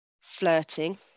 flirting